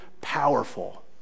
powerful